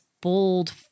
bold